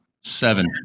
Seven